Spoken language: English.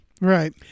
right